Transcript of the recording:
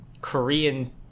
Korean